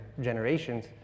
generations